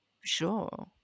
sure